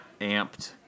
amped